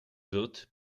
wird